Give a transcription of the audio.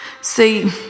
See